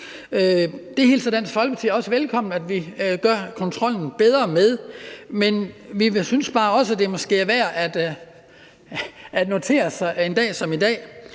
adresser. Dansk Folkeparti hilser det velkommen, at vi gør kontrollen bedre, men vi synes bare også, det måske er værd at notere sig en dag som i dag,